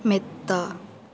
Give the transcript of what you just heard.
മെത്ത